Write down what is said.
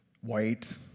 white